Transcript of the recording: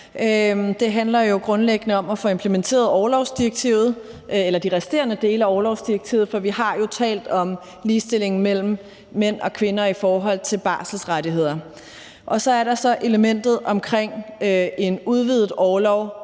Det handler grundlæggende om at få implementeret de resterende dele af orlovsdirektivet, for vi har jo talt om ligestilling mellem mænd og kvinder i forhold til barselsrettigheder. Og så er der elementet omkring en udvidet orlov